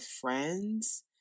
friends